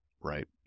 right